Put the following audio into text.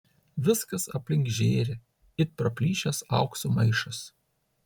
viskas aplink žėri it praplyšęs aukso maišas